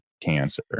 cancer